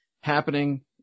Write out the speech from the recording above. happening